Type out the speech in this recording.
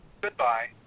Goodbye